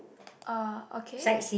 uh okay